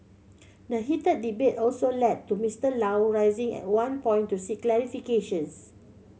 the heated debate also led to Mister Low rising at one point to seek clarifications